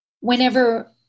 whenever